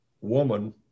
woman